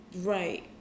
right